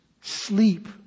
sleep